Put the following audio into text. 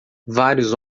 vários